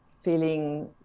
feeling